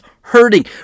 hurting